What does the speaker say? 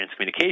transcommunication